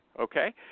okay